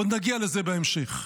עוד נגיע לזה בהמשך.